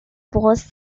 was